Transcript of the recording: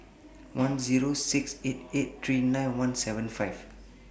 one Zero six eight eight three nine one seven five